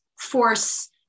force